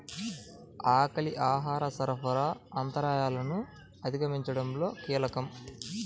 ఆకలి ఆహార సరఫరా అంతరాయాలను అధిగమించడంలో కీలకం